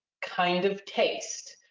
kind of taste.